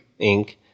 Inc